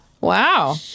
Wow